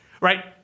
right